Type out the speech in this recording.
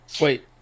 wait